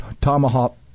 tomahawk